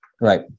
right